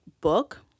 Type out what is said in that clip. book